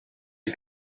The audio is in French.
les